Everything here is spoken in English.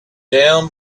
down